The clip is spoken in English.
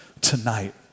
tonight